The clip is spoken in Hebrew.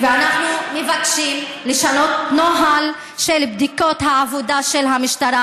ואנחנו מבקשים לשנות את נוהל בדיקות העבודה של המשטרה.